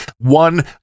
one